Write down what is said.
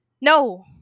no